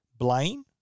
Blaine